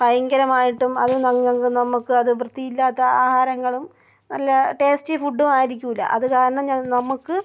ഭയങ്കരമായിട്ടും അത് നമുക്കത് വൃത്തിയില്ലാത്ത ആഹാരങ്ങളും നല്ല ടേസ്റ്റി ഫുഡും ആയിരിക്കില്ല അതുകാരണം ഞ നമുക്ക്